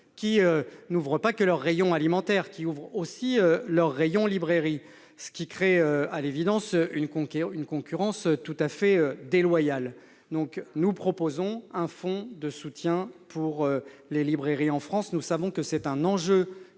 n'ouvrent pas seulement leurs rayons alimentaires, mais aussi leurs rayons de librairie, ce qui crée à l'évidence une concurrence tout à fait déloyale. C'est pourquoi nous proposons un fonds de soutien aux librairies de France : nous savons que c'est un enjeu